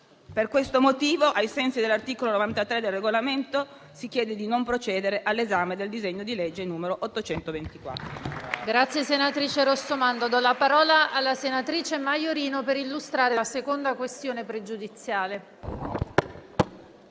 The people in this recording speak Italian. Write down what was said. Per questo motivo, ai sensi dell'articolo 93 del Regolamento, si chiede di non procedere all'esame del disegno di legge n. 824.